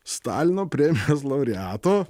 stalino premijos laureato